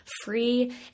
free